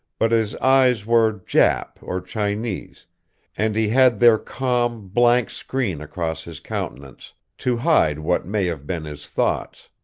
but his eyes were jap, or chinese and he had their calm, blank screen across his countenance, to hide what may have been his thoughts.